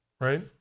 right